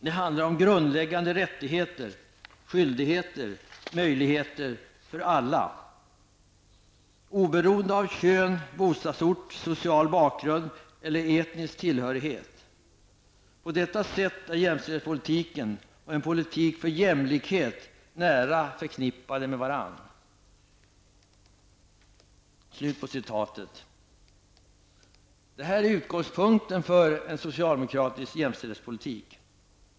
Det handlar om grundläggande rättigheter, skyldigheter och möjligheter för alla, oberoende av kön, bostadsort, social bakgrund eller etnisk tillhörighet. På detta sätt är jämställdhetspolitiken och en politik för jämlikhet nära förknippade med varandra.'' Detta är utgångspunkten för en socialdemokratisk jämställdhetspolitik.